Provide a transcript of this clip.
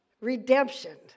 redemption